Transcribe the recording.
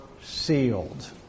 sealed